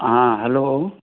ಹಾಂ ಹಲೋ